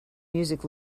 music